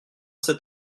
cet